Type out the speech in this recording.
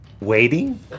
waiting